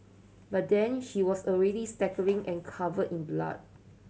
by then she was already staggering and covered in blood